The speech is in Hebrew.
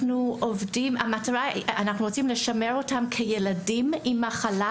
אנחנו רוצים לשמר אותם כילדים עם מחלה,